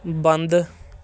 ਬੰਦ